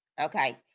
Okay